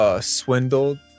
Swindled